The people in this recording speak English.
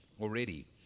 already